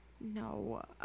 No